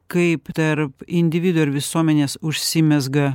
kaip tarp individo ir visuomenės užsimezga